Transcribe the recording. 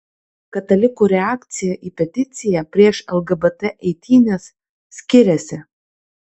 katalikų reakcija į peticiją prieš lgbt eitynes skiriasi